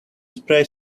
spray